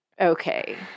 okay